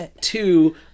Two